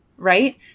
right